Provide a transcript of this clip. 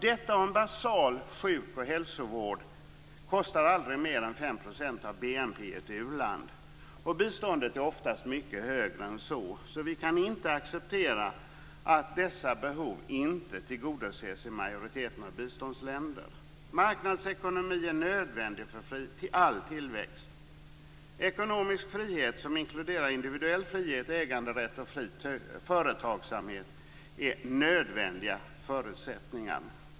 Detta och en basal sjuk och hälsovård kostar aldrig mer än 5 % av BNP i ett u-land. Biståndet är oftast mycket högre än så. Vi kan inte acceptera att dessa behov inte tillgodoses i majoriteten av biståndsländer. Marknadsekonomi är nödvändig för all tillväxt. Ekonomisk frihet som inkluderar individuell frihet, äganderätt och fri företagsamhet är nödvändiga förutsättningar.